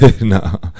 No